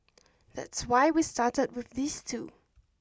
that's why we started with these two